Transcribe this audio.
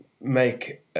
make